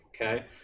okay